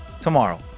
tomorrow